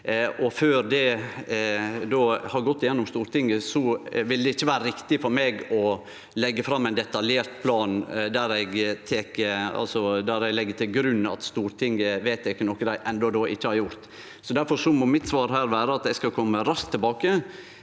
Før det har gått igjennom i Stortinget, vil det ikkje vere riktig av meg å leggje fram ein detaljert plan der eg legg til grunn at Stortinget vedtek noko dei enno ikkje har gjort. Difor må mitt svar her vere at eg skal kome raskt tilbake